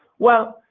well,